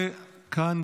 וכאן